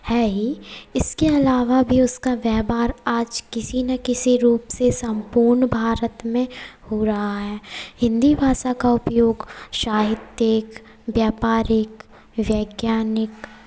है ही इसके आलावा भी उसका व्यवहार आज किसी ना किसी रूप से सम्पूर्ण भारत में हो रहा है हिंदी भाषा का उपयोग साहित्यिक व्यापारिक वैज्ञानिक